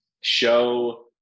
show